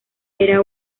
era